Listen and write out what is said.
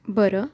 बरं